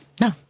No